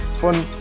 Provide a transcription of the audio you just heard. von